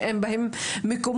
שאין בהם מקומות,